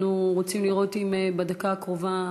אנחנו רוצים לראות אם בדקה הקרובה